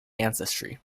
ancestry